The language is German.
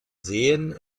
seen